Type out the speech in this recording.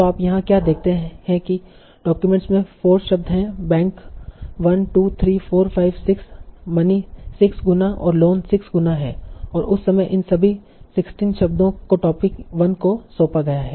तो आप यहाँ क्या देखते हैं कि डॉक्यूमेंट में 4 शब्द है बैंक 1 2 3 4 5 6 मनी 6 गुना और लोन 6 गुना है और उस समय इन सभी 16 शब्दों को टोपिक 1 को सौंपा गया है